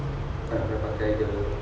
kau nak kena pakai the